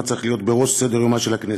צריך להיות בראש סדר-יומה של הכנסת.